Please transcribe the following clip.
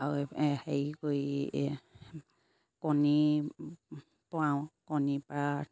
আৰু হেৰি কৰি কণী পাওঁ কণীৰ পৰা